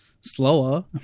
slower